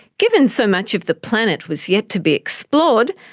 given so much of the planet was yet to be explored,